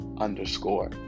underscore